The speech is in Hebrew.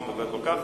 לא מבוגרת כל כך,